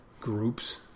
groups